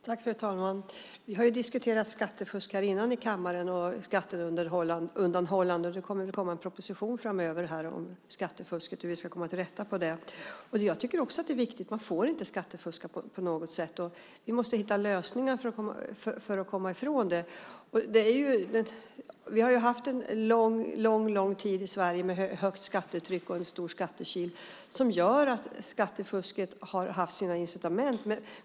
Fru talman! Vi har diskuterat skattefusk och skatteundanhållande här i kammaren tidigare. Det kommer att komma en proposition framöver om skattefusket och hur vi ska komma till rätta med det. Jag tycker också att det är viktigt. Man får inte skattefuska på något sätt. Vi måste hitta lösningar för att komma ifrån det. Vi har haft en lång tid i Sverige med högt skattetryck och en stor skattekil som gjort att skattefusket har haft sina incitament.